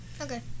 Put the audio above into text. Okay